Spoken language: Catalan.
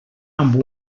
amb